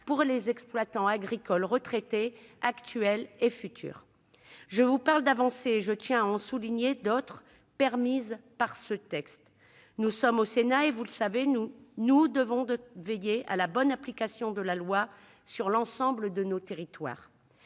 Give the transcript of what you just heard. pour les exploitants agricoles retraités, actuels et futurs. Je vous parle d'avancées et je tiens à en souligner d'autres, que ce texte permet également. Nous sommes au Sénat et, vous le savez, nous nous devons de veiller à la bonne application de la loi sur l'ensemble de nos territoires.